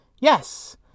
Yes